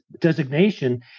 designation